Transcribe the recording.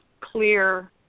clear